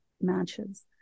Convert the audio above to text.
matches